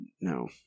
No